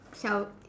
shall